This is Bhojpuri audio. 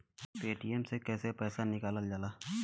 पेटीएम से कैसे पैसा निकलल जाला?